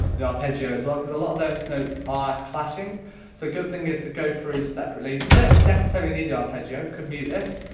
the arpeggio as well because a lot of those notes are clashing. so a good thing is to go through separately. you don't necessarily need the arpeggio, could mute this.